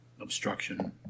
obstruction